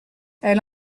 elle